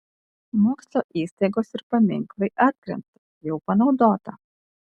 mokslo įstaigos ir paminklai atkrenta jau panaudota